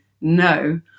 no